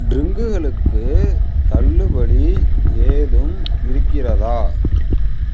ட்ரின்க்குகளுக்கு தள்ளுபடி ஏதும் இருக்கிறதா